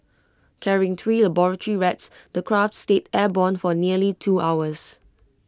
carrying three laboratory rats the craft stayed airborne for nearly two hours